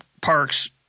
parks –